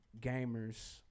gamers